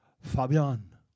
Fabian